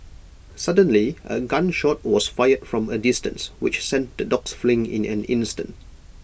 suddenly A gun shot was fired from A distance which sent the dogs fleeing in an instant